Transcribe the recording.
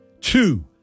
Two